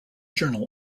journal